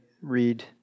read